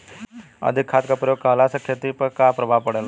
अधिक खाद क प्रयोग कहला से खेती पर का प्रभाव पड़ेला?